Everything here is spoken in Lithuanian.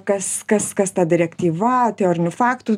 kas kas kas ta direktyva teorinių faktų